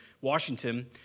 Washington